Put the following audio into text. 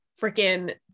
freaking